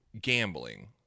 gambling